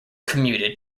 commuted